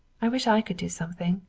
i wish i could do something.